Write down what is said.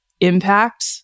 impact